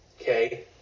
Okay